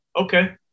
Okay